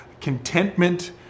Contentment